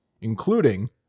including